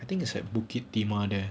I think is at bukit timah there